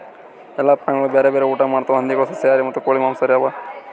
ಎಲ್ಲ ಪ್ರಾಣಿಗೊಳ್ ಬ್ಯಾರೆ ಬ್ಯಾರೆ ಊಟಾ ಮಾಡ್ತಾವ್ ಹಂದಿಗೊಳ್ ಸಸ್ಯಾಹಾರಿ ಮತ್ತ ಕೋಳಿ ಮಾಂಸಹಾರಿ ಅವಾ